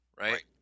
Right